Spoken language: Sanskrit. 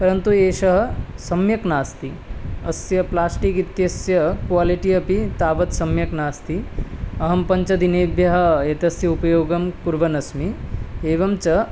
परन्तु एषः सम्यक् नास्ति अस्य प्लास्टिक् इत्यस्य क्वालिटि अपि तावत् सम्यक् नास्ति अहं पञ्चदिनेभ्यः एतस्य उपयोगं कुर्वन् अस्मि एवं च